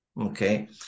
Okay